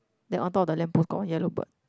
then on top of the lamp post got one yellow bird